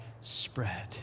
spread